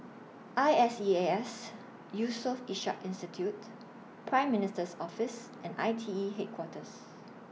I S E A S Yusof Ishak Institute Prime Minister's Office and I T E Headquarters